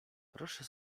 proszę